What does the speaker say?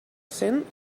cent